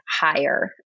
higher